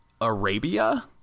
Arabia